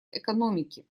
экономики